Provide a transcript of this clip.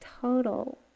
total